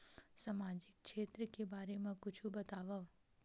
सामजिक क्षेत्र के बारे मा कुछु बतावव?